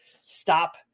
stop